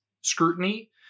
scrutiny